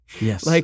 Yes